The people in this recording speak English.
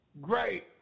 Great